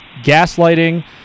gaslighting